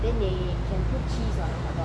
then they can put cheese on top